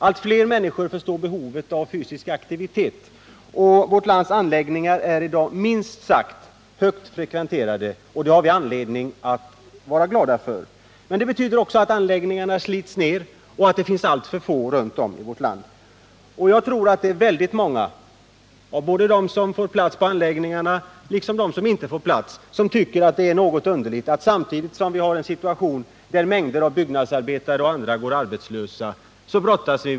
Allt fler människor förstår behovet av fysisk aktivitet, och vårt lands anläggningar är i dag minst sagt högt frekventerade. Det har vi anledning att vara glada åt, men det betyder också att anläggningarna slits ner och att det finns alltför få anläggningar runtom i vårt land. Jag tror att det är väldigt många, både av dem som får plats på anläggningarna och av dem som inte får plats där, som tycker att det är litet underligt att vi brottas med dessa brister samtidigt som mängder av byggnadsarbetare och andra går arbetslösa.